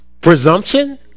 Presumption